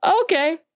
okay